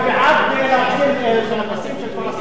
את רוצה להגיד שאת בעד להחזיר רכוש לפלסטינים?